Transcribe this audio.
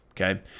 okay